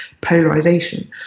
polarization